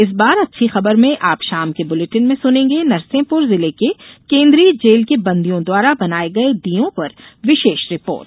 इस बार अच्छी खबर में आप शाम के बुलेटिन में सुनेगें नरसिंहपुर जिले के केन्द्रीय जेल के बंदियों द्वारा बनाये गये दीयों पर विशेष रिपोर्ट